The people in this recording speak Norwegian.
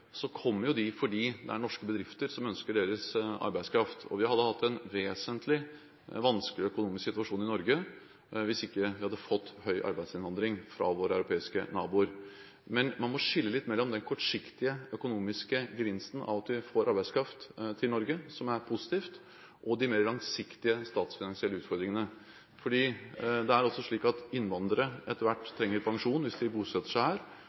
kommer de fordi det er norske bedrifter som ønsker deres arbeidskraft. Vi hadde hatt en vesentlig vanskeligere økonomisk situasjon i Norge hvis vi ikke hadde hatt høy arbeidsinnvandring fra våre europeiske naboer. Men man må skille mellom den kortsiktige økonomiske gevinsten av at vi får arbeidskraft til Norge – som er positivt – og de mer langsiktige statsfinansielle utfordringene. For det er slik at innvandrere etter hvert trenger pensjon hvis de bosetter seg her,